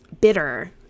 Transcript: bitter